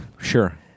Sure